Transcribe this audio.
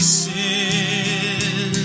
sin